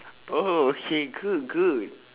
oh okay good good